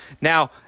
Now